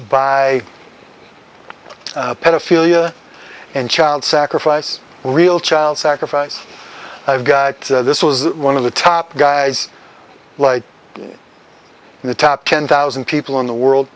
by pedophilia and child sacrifice real child sacrifice i've got this was one of the top guys like in the top ten thousand people in the world